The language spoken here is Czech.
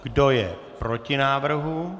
Kdo je proti návrhu?